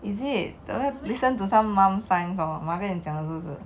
is it don't listen to some mom science hor mother 跟你讲的是不是